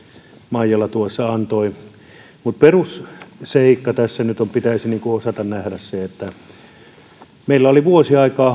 maijala tuossa antoi mutta perusseikka joka tässä nyt pitäisi osata nähdä on se että tällä hallituksella oli vuosi aikaa